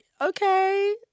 okay